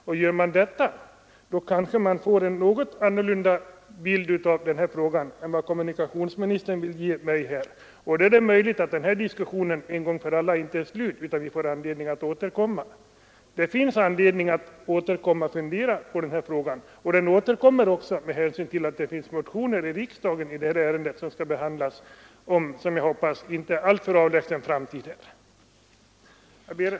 Och gör man det, kanske man får en något annorlunda bild än den kommunikationsministern vill ge. Diskussionen är inte en gång för alla slut, ty det finns anledning att återkomma och fundera på frågan. Den återkommer här i riksdagen med anledning av motioner i ärendet som skall behandlas inom, som jag hoppas, en inte alltför avlägsen framtid. Herr talman!